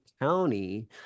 County